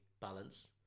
balance